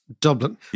Dublin